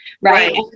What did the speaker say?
right